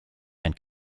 and